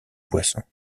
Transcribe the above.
boisson